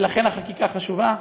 ולכן החקיקה חשובה.